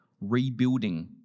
rebuilding